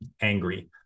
angry